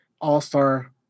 all-star